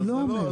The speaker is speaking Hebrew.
אני לא אגיד לו.